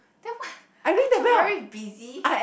then what aren't you very busy